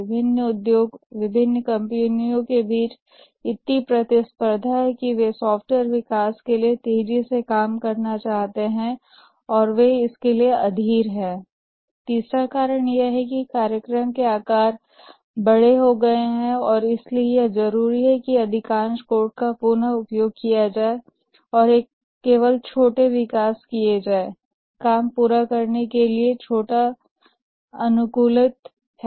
विभिन्न उद्योगोंऔर विभिन्न कंपनियों के बीच बहुत प्रतिस्पर्धा है कि वे सॉफ्टवेयर विकास के लिए तेजी से काम करना चाहते हैं जो वे इसके लिए अधीर है